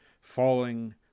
Falling